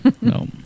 No